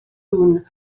cŵn